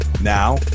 Now